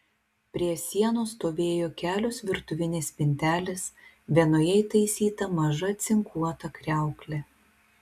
prie sienos stovėjo kelios virtuvinės spintelės vienoje įtaisyta maža cinkuota kriauklė